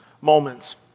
moments